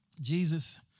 Jesus